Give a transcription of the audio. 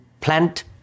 plant